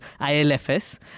ILFS